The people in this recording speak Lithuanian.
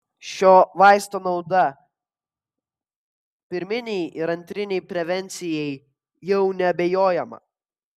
šio vaisto nauda pirminei ir antrinei prevencijai jau neabejojama